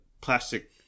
plastic